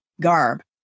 garb